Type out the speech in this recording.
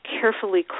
carefully